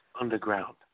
underground